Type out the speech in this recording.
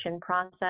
process